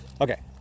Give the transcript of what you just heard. Okay